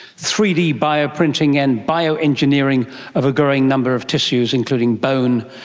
three d bio-printing and bio-engineering of a growing number of tissues including bone,